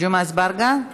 ג'מעה אזברגה?